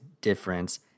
difference